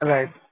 Right